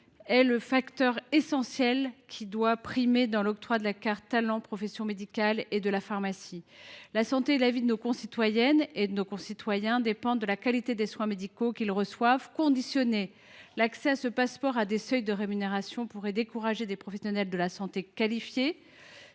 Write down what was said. est le critère essentiel qui doit primer pour l’octroi de la carte « talent professions médicales et de la pharmacie ». La santé et la vie de nos concitoyennes et de nos concitoyens dépendent de la qualité des soins médicaux qu’ils reçoivent. Subordonner l’accès à ce passeport à des seuils de rémunération pourrait décourager des professionnels de santé qui